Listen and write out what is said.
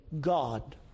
God